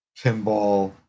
pinball